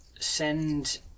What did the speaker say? send